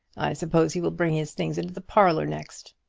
suppose he will bring his things into the parlour next.